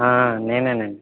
నేనేనండి